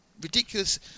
ridiculous